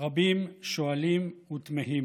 רבים שואלים ותמהים: